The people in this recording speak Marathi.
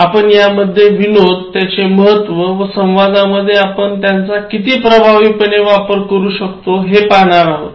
आपण यामध्ये विनोद त्याचे महत्व व संवादामध्ये आपण त्यांचा किती प्रभावीपणे उपयोग करू शकतो हे पाहणार आहोत